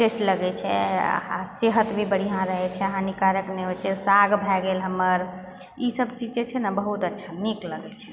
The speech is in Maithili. टेस्ट लगै छै आओर सेहत भी बढ़िआँ रहै छै हानिकारक नहि होइ छै साग भए गेल हमर ई सब चीज जे छै ने बहुत अच्छा नीक लगै छै